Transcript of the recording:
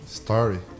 story